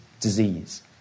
disease